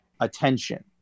attention